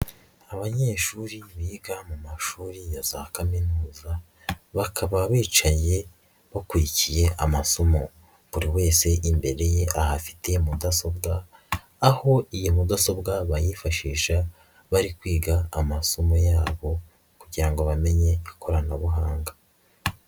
Abanyeshuri biga mu mashuri ya za kaminuza bakaba bicaye bakurikiye amasomo buri wese imbere ahafite mudasobwa, aho iyi mudasobwa bayifashisha bari kwiga amasomo yabo kugira ngo bamenye ikoranabuhanga.